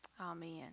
Amen